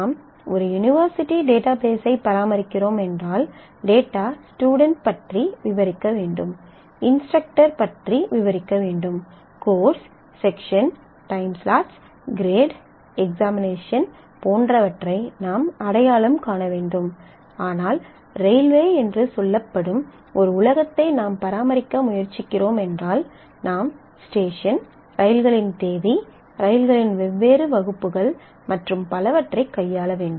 நாம் ஒரு யூனிவர்சிட்டி டேட்டாபேஸ்ஸை பராமரிக்கிறோம் என்றால் டேட்டா ஸ்டுடென்ட் பற்றி விவரிக்க வேண்டும் இன்ஸ்ட்ரக்டர் பற்றி விவரிக்க வேண்டும் course section time slots grade examination போன்றவற்றை நாம் அடையாளம் காண வேண்டும் ஆனால் ரயில்வே என்று சொல்லப்படும் ஒரு உலகத்தை நாம் பராமரிக்க முயற்சிக்கிறோம் என்றால் நாம் ஸ்டேஷன் ரயில்களின் தேதி ரயிலின் வெவ்வேறு வகுப்புகள் மற்றும் பலவற்றைக் கையாள வேண்டும்